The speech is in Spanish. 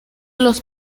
los